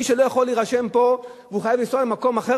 מי שלא יכול להירשם פה והוא חייב לנסוע למקום אחר,